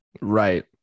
right